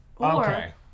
Okay